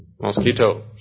mosquito